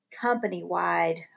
company-wide